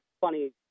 funny